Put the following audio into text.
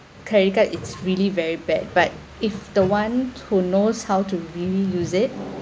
credit card is really very bad but if the one who knows how to really use it